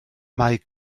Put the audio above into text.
mae